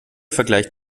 vergleicht